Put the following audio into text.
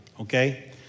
okay